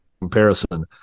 comparison